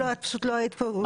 את לא היית כאן.